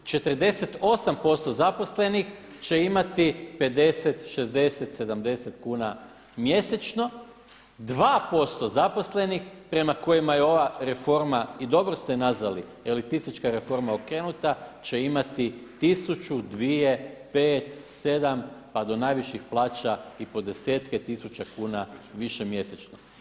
48% zaposlenih će imati 50, 60, 70 kuna mjesečno, 2% zaposlenih prema kojima je ova reforma i dobro ste je nazvali elitistička reforma okrenuta će imati 1000, 2, 5, 7 pa da najviših plaća i po desetke tisuća kuna više mjesečno.